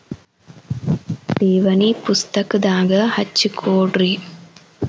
ಠೇವಣಿ ಪುಸ್ತಕದಾಗ ಹಚ್ಚಿ ಕೊಡ್ರಿ